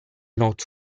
not